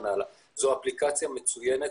זאת אפליקציה מצוינת,